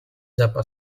zappa